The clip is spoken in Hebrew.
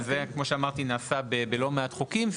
ונעשה בלא מעט חוקים,